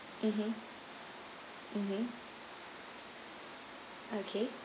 mmhmm mmhmm okay